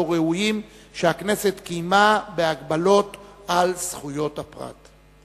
ראויים שהכנסת קיימה בהגבלות על זכויות הפרט.